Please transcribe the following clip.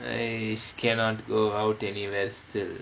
I cannot go out anywhere still